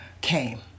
came